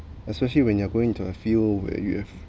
especially when you're going to a field where you have